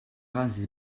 rasé